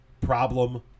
problem